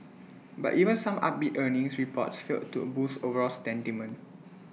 but even some upbeat earnings reports failed to A boost overall sentiment